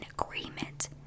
agreement